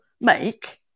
make